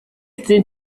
sind